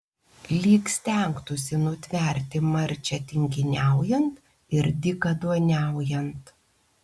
lyg stengtųsi nutverti marčią tinginiaujant ir dykaduoniaujant